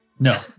No